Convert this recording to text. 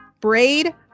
Braid